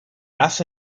hace